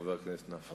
חבר הכנסת נפאע.